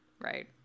right